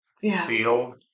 feel